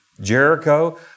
Jericho